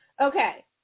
Okay